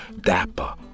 dapper